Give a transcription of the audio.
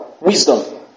wisdom